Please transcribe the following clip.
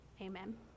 Amen